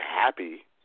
happy